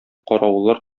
каравыллар